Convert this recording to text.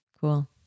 Cool